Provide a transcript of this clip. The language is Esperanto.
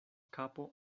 kapo